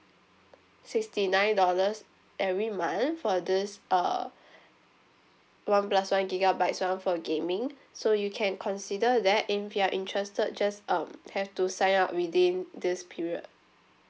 sixty nine dollars every month for this uh one plus one gigabytes [one] for gaming so you can consider that in if you are interested just um have to sign up within this period